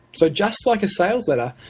so just like a sales letter,